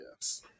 yes